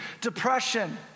depression